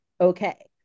Okay